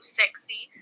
sexy